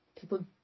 people